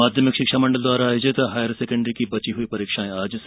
माध्यमिक शिक्षा मंडल द्वारा आयोजित हायर सेकेण्डरी की बची हुई परीक्षाएं आज से